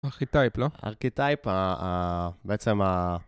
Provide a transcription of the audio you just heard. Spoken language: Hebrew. ארכיטייפ, לא? ארכיטייפ, בעצם ה...